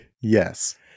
Yes